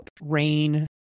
rain